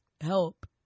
help